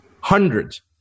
Hundreds